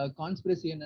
conspiracy